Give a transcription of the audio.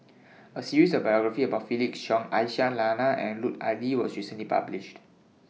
A series of biographies about Felix Cheong Aisyah Lyana and Lut Ali was recently published